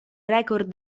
record